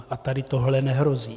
A tady tohle nehrozí.